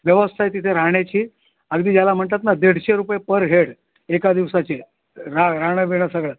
व्यवस्थाय तिथे राहण्याची अगदी ज्याला म्हणतात ना दीडशे रुपये पर हेड एका दिवसाची रा राहणं बिणं सगळं